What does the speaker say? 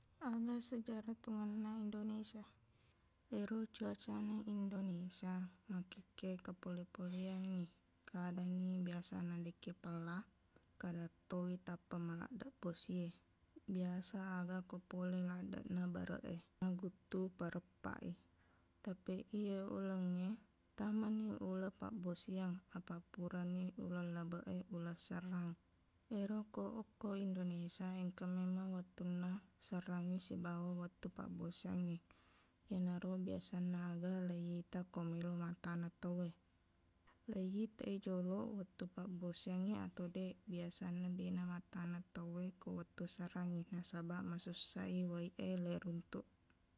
Aga sejarah tongenna indonesia ero cuacana indonesia makkekke kapole-poleyangngi kadangngi biasana dekke pella kadattoi tappa maladdeq bosi e biasa aga ko pole laddeqna bareq e na guttuq pareppaq i tapiq iye ulengnge tamani uleng pabbosiang apaq purani uleng labeq e uleng serrang ero ko okko indonesia engka memang wettunna serrangngi sibawa wettu pabbosiangngi iyanaro biasanna aga lei ita ko meloq mattaneng tauwe lei itai joloq wettu pabbosiangngi ato deq biasanna deqna mattaneng tauwe ko wettu serrangngi nasabaq masussa i wae e leiruntuk